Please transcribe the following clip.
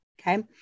okay